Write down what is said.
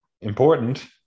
important